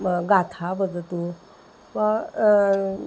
मा गाथा वदतु वा